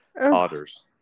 otters